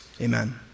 Amen